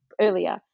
earlier